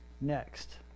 next